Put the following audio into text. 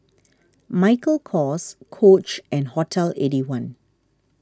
Michael Kors Coach and Hotel Eighty One